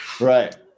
Right